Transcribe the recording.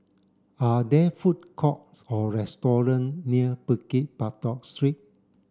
are there food courts or restaurant near Bukit Batok Street